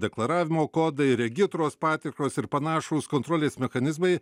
deklaravimo kodai regitros patikros ir panašūs kontrolės mechanizmai